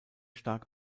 stark